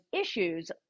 issues